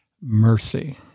Mercy